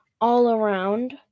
all-around